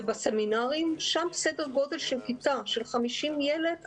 זה בסמינרים, שם יש סדר גודל של כיתה של 50 ילדים.